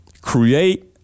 create